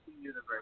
Universe